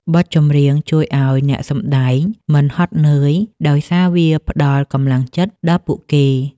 បទចម្រៀងជួយឱ្យអ្នកសម្ដែងមិនហត់នឿយ ដោយសារវាផ្ដល់កម្លាំងចិត្តដល់ពួកគេ។